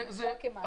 זה נחשב כמעשר?